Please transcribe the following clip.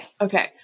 Okay